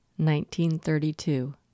1932